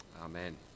amen